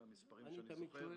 אלה המספרים שאני זוכר,